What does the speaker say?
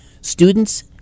Students